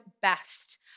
best